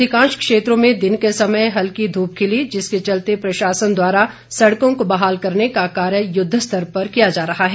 आज अधिकांश क्षेत्रों में दिन के समय हल्की ध्रप खिली जिसके चलते प्रशासन द्वारा सड़कों को बहाल करने का कार्य युद्ध स्तर पर किया जा रहा है